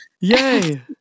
Yay